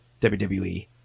WWE